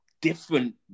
different